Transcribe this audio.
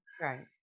Right